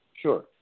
Sure